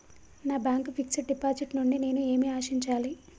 నా bank fixed deposit నుండి నేను ఏమి ఆశించాలి?